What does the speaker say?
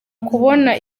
kubona